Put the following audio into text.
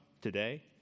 today